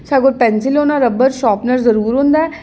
साढ़े कोल पैंसिल होना रबड़ शापनर जरूर होंदा ऐ